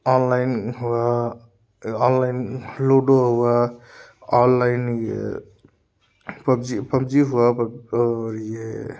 online हुआ online ludo हुआ online ये पब्जी पब्जी हुआ अब और ये